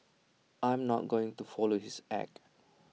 I am not going to follow his act